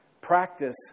Practice